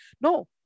No